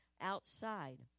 outside